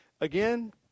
Again